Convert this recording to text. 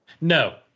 No